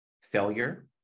failure